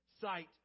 sight